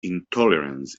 intolerance